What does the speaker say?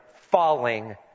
falling